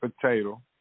potato